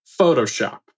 Photoshop